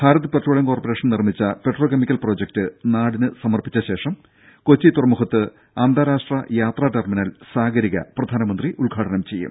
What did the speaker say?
Bharat petroleum corporation നിർമിച്ച petrochemical project നാടിന് സമർപ്പിച്ച ശേഷം കൊച്ചി തുറമുഖത്ത് അന്താരാഷ്ട്ര യാത്രാ ടെർമിനൽ സാഗരിക പ്രധാനമന്ത്രി ഉദ്ഘാടനം ചെയ്യും